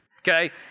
Okay